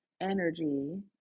energy